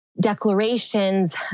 declarations